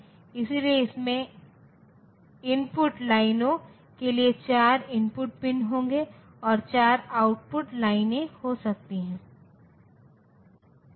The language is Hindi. एक और बहुत ही दिलचस्प गेट XOR गेट है मान लीजिए कि हमें 2 इनपुट मिले हैं और यहाँ आउटपुट 1 दिया जायेगा अगर सिर्फ एक इनपुट 1 के बराबर है